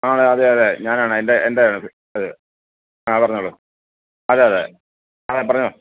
ആണ് അതെ അതെ ഞാനാണ് എൻ്റെ എൻ്റെ ആണത് അതെ ആ പറഞ്ഞോളൂ അതെ അതെ അതെ പറഞ്ഞോ